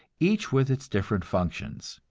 each with its different functions,